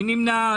מי נמנע?